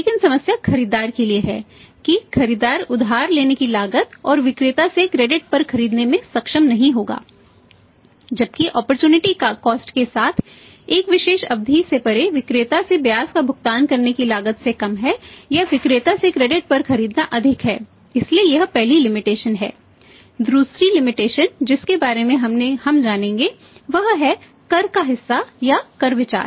लेकिन समस्या खरीदार के लिए है कि खरीदार उधार लेने की लागत और विक्रेता से क्रेडिट जिसके बारे में हम जानेंगे वह है कर का हिस्सा या कर विचार